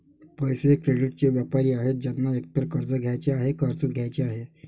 पैसे, क्रेडिटचे व्यापारी आहेत ज्यांना एकतर कर्ज घ्यायचे आहे, कर्ज द्यायचे आहे